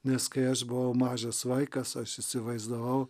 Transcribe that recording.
nes kai aš buvau mažas vaikas aš įsivaizdavau